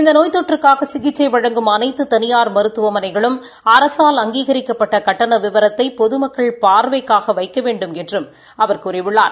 இந்த நோய் தொற்றுக்காக சிகிச்சை வழங்கும் அனைத்து தனியாா் மருத்துவமனைகளும் அரசால் அங்கீகிக்கப்பட்ட கட்டண விவரத்தை பொதுமக்கள் பார்வைக்காக வைக்க வேண்டுமென்றும் அவா் கூறியுள்ளார்